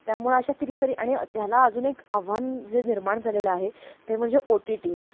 त्यामुळं अशा कितीतरी आणि त्याला अजून एक आव्हान जे निर्माण झालेलं आहे ते म्हणजे ओ टी टी